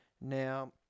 Now